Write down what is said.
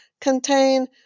contain